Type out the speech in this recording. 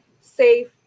safe